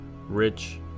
rich